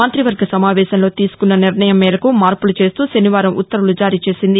మంత్రివర్గ సమావేశంలో తీసుకున్న నిర్ణయం మేరకు మార్పులు చేస్తూ శనివారం ఉత్తర్వులు జారీ చేసింది